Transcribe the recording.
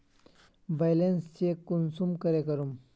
Balance check कुंसम करे करूम?